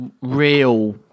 real